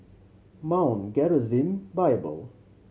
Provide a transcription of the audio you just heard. Mount Gerizim Bible